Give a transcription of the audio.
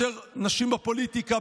יותר נשים בפוליטיקה,